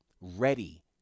ready